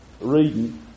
reading